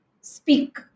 speak